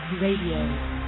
Radio